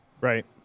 Right